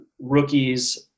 rookies